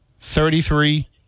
Thirty-three